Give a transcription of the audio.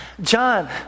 John